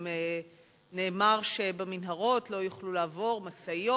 נאמר שבמנהרות לא יוכלו לעבור משאיות,